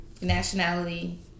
nationality